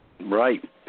Right